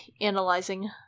analyzing